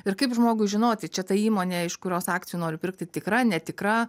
ir kaip žmogui žinoti čia ta įmonė iš kurios akcijų nori pirkti tikra netikra